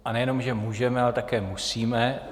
A nejenom že můžeme, ale také musíme.